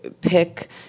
pick